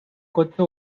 cotxe